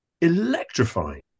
electrifying